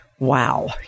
Wow